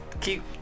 keep